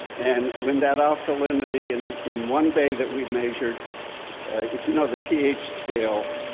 and when that alkalinity in in one bay that we measured if you know the ph scale,